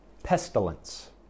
pestilence